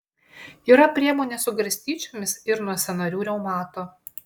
yra priemonė su garstyčiomis ir nuo sąnarių reumato